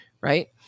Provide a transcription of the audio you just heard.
right